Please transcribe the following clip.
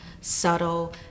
subtle